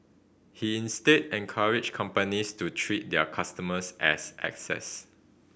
he instead encouraged companies to treat their customers as assets